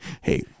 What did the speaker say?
hey